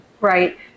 Right